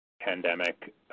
pandemic